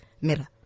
mirror